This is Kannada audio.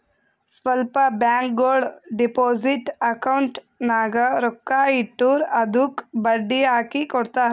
ಸ್ವಲ್ಪ ಬ್ಯಾಂಕ್ಗೋಳು ಡೆಪೋಸಿಟ್ ಅಕೌಂಟ್ ನಾಗ್ ರೊಕ್ಕಾ ಇಟ್ಟುರ್ ಅದ್ದುಕ ಬಡ್ಡಿ ಹಾಕಿ ಕೊಡ್ತಾರ್